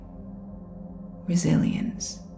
resilience